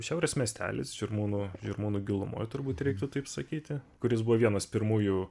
šiaurės miestelis žirmūnų žirmūnų gilumoj turbūt reiktų taip sakyti kuris buvo vienas pirmųjų